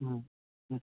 हुँ हुँ